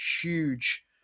huge